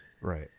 right